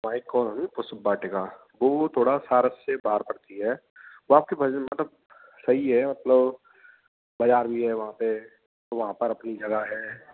bike को वह सब बाटेगा वह थोड़ा सारस से बाहर पड़ती है वह आपके वजन मतलब सही है मतलब बाज़ार भी है वहाँ पर तो वहाँ पर अपनी जगह है